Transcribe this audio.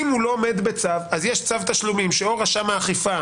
אם הוא לא עומד בצו אז יש צו תשלומים שרשם האכיפה